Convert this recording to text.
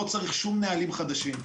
לא צריך שום נהלים חדשים.